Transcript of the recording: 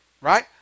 right